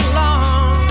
long